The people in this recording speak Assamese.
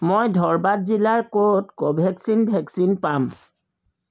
মই ধৰৱাদ জিলাৰ ক'ত কোভেক্সিন ভেকচিন পাম